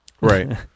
Right